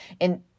And-